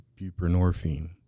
buprenorphine